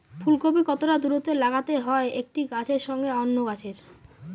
ফুলকপি কতটা দূরত্বে লাগাতে হয় একটি গাছের সঙ্গে অন্য গাছের?